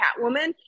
Catwoman